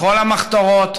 בכל המחתרות,